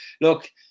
look